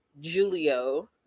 Julio